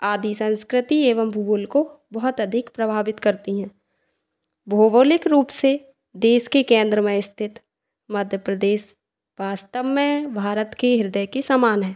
आदि संस्कृति एवं भूगोल को बहुत अधिक प्रभावित करती हैं भौगोलिक रूप से देश के केंद्र में स्थित मध्य प्रदेश वास्तव में भारत के हृदय के समान है